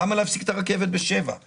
למה להפסיק את הרכבת בשעה 19:00?